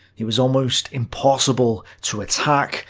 it was almost impossible to attack,